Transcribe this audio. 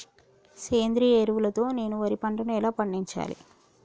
సేంద్రీయ ఎరువుల తో నేను వరి పంటను ఎలా పండించాలి?